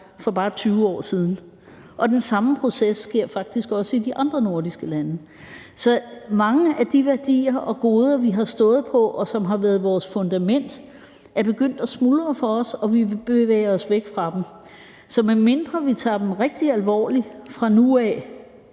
for bare 20 år siden. Og den samme proces sker faktisk også i de andre nordiske lande. Så mange af de værdier og goder, vi har stået på, og som har været vores fundament, er begyndt at smuldre for os, og vi bevæger os væk fra dem. Så medmindre vi tager dem rigtig alvorligt fra nu af